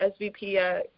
SVP